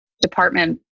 department